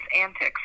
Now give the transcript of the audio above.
antics